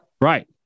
Right